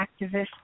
activist